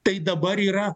tai dabar yra